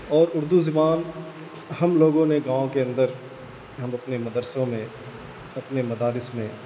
اور اردو زبان ہم لوگوں نے گاؤں کے اندر ہم اپنے مدرسوں میں اپنے مدارس میں